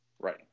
Right